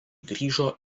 grįžo